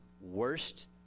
worst